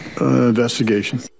investigation